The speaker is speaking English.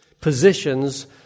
positions